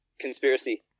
conspiracy